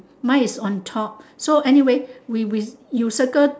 mine is on top so anyway we we you circle